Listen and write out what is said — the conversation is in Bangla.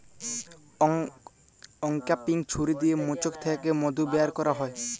অংক্যাপিং ছুরি দিয়ে মোচাক থ্যাকে মধু ব্যার ক্যারা হয়